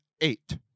eight